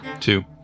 Two